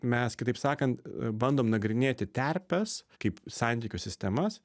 mes kitaip sakant bandom nagrinėti terpes kaip santykių sistemas